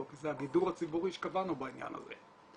כי זה הגידור הציבורי שקבענו בעניין הזה.